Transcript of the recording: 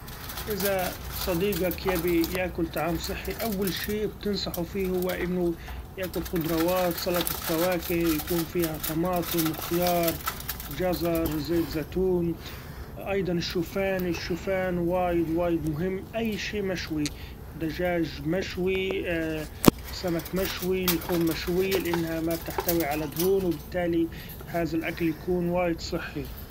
إذا صديقك يبي ياكل طعام صحي، أول شي بتنصحه فيه هو إنه ياكل خضرأوات سلطة فواكه يكون فيها طماطم وخيار چزر زيت زيتون، أيضا الشوفإن الشوفإن وايد وايد مهم أي شي مشوي دچاچ مشوي ‹ hesitate › سمك مشوي لحوم مشوية; لإنها ما بتحتوي على دهون وبالتالي هذا الاكل يكون وايد صحي.